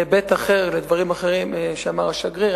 להיבט אחר ולדברים אחרים שאמר השגריר.